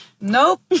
Nope